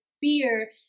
fear